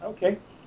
Okay